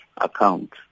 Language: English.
account